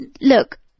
Look